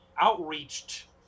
outreached